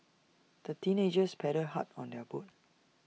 the teenagers paddled hard on their boat